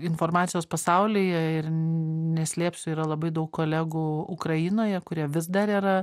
informacijos pasaulyje ir neslėpsiu yra labai daug kolegų ukrainoje kurie vis dar yra